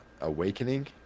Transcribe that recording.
Awakening